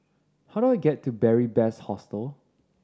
how do I get to Beary Best Hostel